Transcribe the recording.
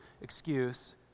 excuse